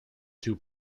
two